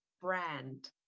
brand